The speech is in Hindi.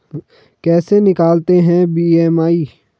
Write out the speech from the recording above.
कैसे निकालते हैं बी.एम.आई?